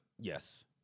yes